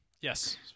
Yes